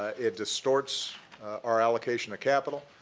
ah it distorts our allocation of capital,